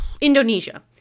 Indonesia